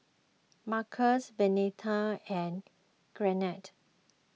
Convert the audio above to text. Marcus Venita and Garnett